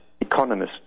economists